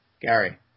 Gary